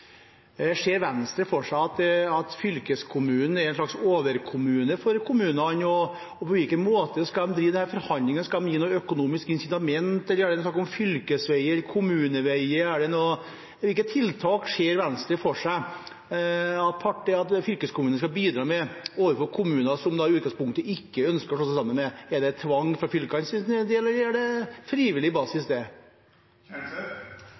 Ser Venstre for seg at fylkeskommunen er en slags overkommune for kommunene? Og på hvilken måte skal man drive disse forhandlingene – skal man gi noe økonomisk incitament, eller er det snakk om fylkesveier og kommuneveier? Hvilke tiltak ser Venstre for seg at fylkeskommunen skal bidra med overfor kommuner som i utgangspunktet ikke ønsker å slå seg sammen? Er det ved tvang fra fylkenes side, eller er det på frivillig